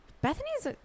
Bethany's